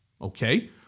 Okay